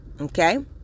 Okay